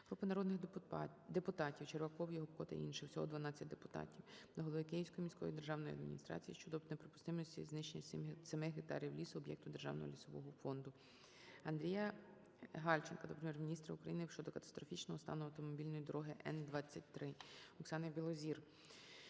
Групи народних депутатів (Червакової, Гопко та інших. Всього 12 депутатів) до голови Київської міської державної адміністрації щодо неприпустимості знищення 7 гектарів лісу об'єкту Державного лісового фонду. АндріяГальченка до Прем'єр-міністра України щодо катастрофічного стану автомобільної дороги Н-23. Оксани Білозір